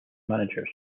managers